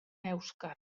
èuscar